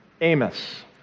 Amos